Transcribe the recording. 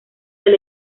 del